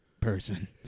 person